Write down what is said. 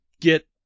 get